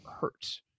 hurt